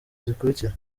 zikurikira